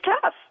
tough